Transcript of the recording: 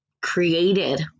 created